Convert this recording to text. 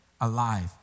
alive